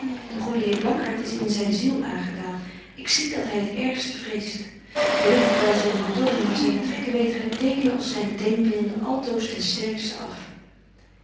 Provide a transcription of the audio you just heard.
de goede heer blankaart is in zyn ziel aangedaan ik zie dat hy het ergste vreest hy wil het wel zo niet tonen maar zyne trekken betje wolff en aagje deken historie van mejuffrouw sara burgerhart weet gy tekenen ons zyne denkbeelden altoos ten sterksten af